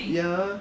ya